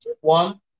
One